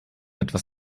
etwas